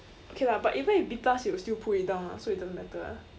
okay lah but even if B plus it will still pull it down ah so it doesn't matter lah